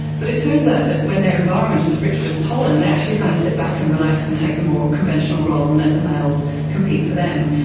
but it turns out that when their environment is rich with pollen they actually kind of sit back and relax and take the more conventional role and let the males compete for them.